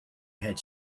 had